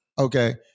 Okay